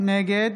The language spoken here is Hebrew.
נגד